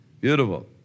beautiful